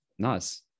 Nice